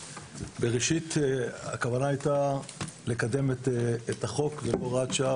בראשית הכוונה הייתה לקדם את החוק ולא הוראת השעה,